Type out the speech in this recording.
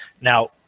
Now